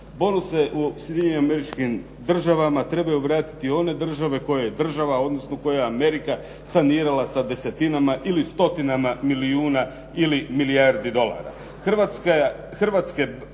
Bonuse u Sjedinjenim Američkim Državama trebaju vratiti one države koje je država, odnosno koje je Amerika sanirala sa desetinama ili stotinama milijuna ili milijardi dolara. Hrvatske